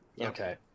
Okay